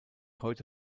heute